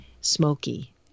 smoky